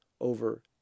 over